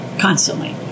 constantly